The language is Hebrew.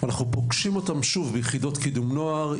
אנחנו פוגשים אותם שוב ביחידות קידום נוער,